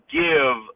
give